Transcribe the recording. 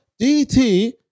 DT